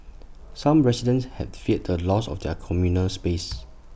some residents had feared the loss of their communal space